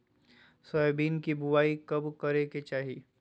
Soybean के बुआई कब करे के चाहि?